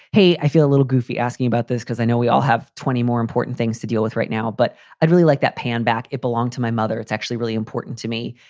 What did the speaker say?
hey, i feel a little goofy asking about this because i know we all have twenty more important things to deal with right now. but i'd really like that pan back. it belonged to my mother. it's actually really important to me.